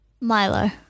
Milo